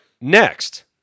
Next